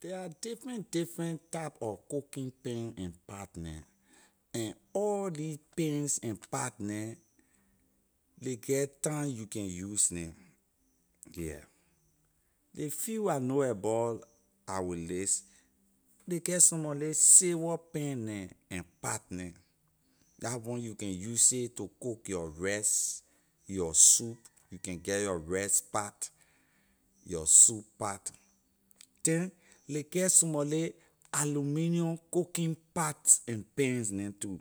The are different different type of cooking pan and pat neh and all these pan and pat neh ley get time you can use neh yeah ley few I know abor i’ll list ley get some mor ley silver pan neh and pat neh la one you can use it to cook your rice your soup you can get your rice pat your soup pat then ley get some mor ley aluminum cooking pat and pans neh too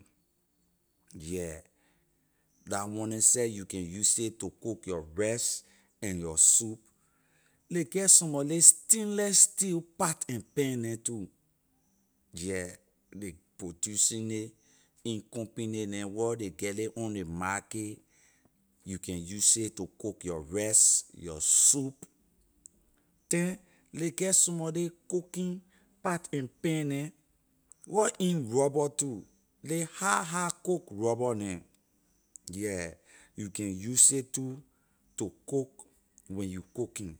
la one neh seh you can use it to cook your rice and your soup ley get some mor ley stainless steel pat and pan neh too yeah ley producing nay in company neh wor ley get ley on ley market you can use it to cook your rice your soup then ley get some mor ley cooking pat and pan neh wor in rubber too ley hard hard cook rubber neh yeah you can use it too to cook when you cooking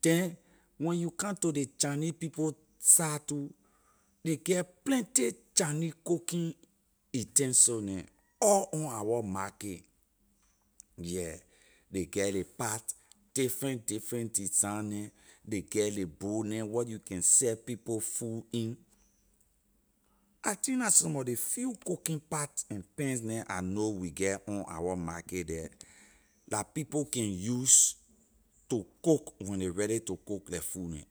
then when you come to ley chinese people side too ley get plenty chinese cooking utensil neh all on our markay yeah ley get ley pat different different design neh ley get ley bowl neh where you can seh people food in I think la some of ley few cooking pat and pans neh I know we get on our markay the la people can use to cook when ley ready to cook leh food neh.